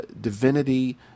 divinity